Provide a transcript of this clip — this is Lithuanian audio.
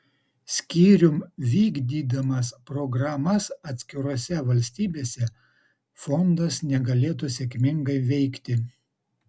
skyrium vykdydamas programas atskirose valstybėse fondas negalėtų sėkmingai veikti